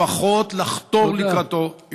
לפחות לחתור לקראתו, תודה.